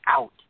out